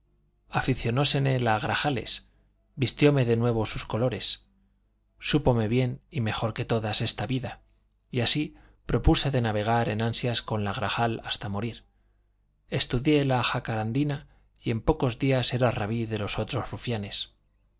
vestirnos aficionóseme la grajales vistióme de nuevo de sus colores súpome bien y mejor que todas esta vida y así propuse de navegar en ansias con la grajal hasta morir estudié la jacarandina y en pocos días era rabí de los otros rufianes